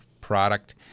product